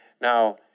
Now